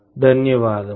ధన్యవాదములు